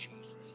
Jesus